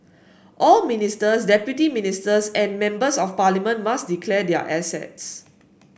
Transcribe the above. all ministers deputy ministers and members of parliament must declare their assets